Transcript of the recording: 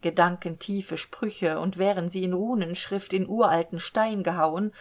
gedankentiefe sprüche und wären sie in runenschrift in uralten stein gehauen